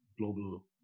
global